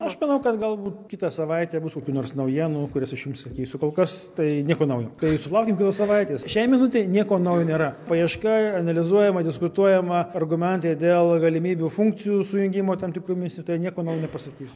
aš manau kad galbūt kitą savaitę bus kokių nors naujienų kurias aš jums sakysiu kol kas tai nieko naujo tai sulaukiam kitos savaitės šiai minutei nieko naujo nėra paieška analizuojama diskutuojama argumentai dėl galimybių funkcijų sujungimo tam tikromis tai nieko naujo nepasakysiu